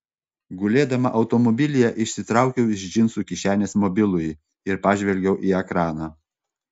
gulėdama automobilyje išsitraukiau iš džinsų kišenės mobilųjį ir pažvelgiau į ekraną